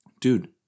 dude